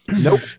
Nope